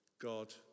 God